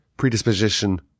predisposition